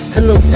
Hello